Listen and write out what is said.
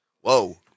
Whoa